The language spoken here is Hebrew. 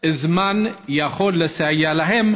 זמן יכול לסייע להם,